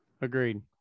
Agreed